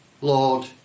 Lord